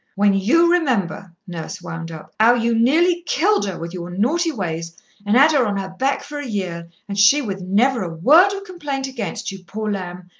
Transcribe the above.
when you remember, nurse wound up, how you nearly killed her with your naughty ways and had her on her back for a year, and she with never a word of complaint against you, poor lamb,